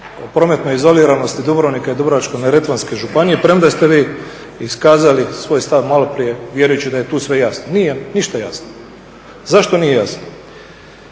o prometnoj izoliranosti Dubrovnika i Dubrovačko-neretvanske županije premda ste vi iskazali svoj stav maloprije vjerujući da je tu sve jasno. Nije ništa jasno. Zašto nije jasno?